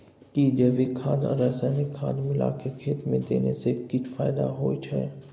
कि जैविक खाद आ रसायनिक खाद मिलाके खेत मे देने से किछ फायदा होय छै?